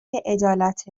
عدالت